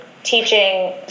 teaching